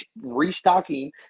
restocking